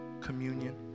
communion